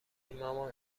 مامان